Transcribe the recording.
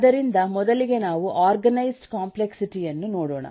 ಆದ್ದರಿಂದ ಮೊದಲಿಗೆ ನಾವು ಆರ್ಗನೈಜ್ಡ್ ಕಾಂಪ್ಲೆಕ್ಸಿಟಿ ಯನ್ನು ನೋಡೋಣ